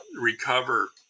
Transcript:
recover